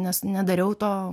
nes nedariau to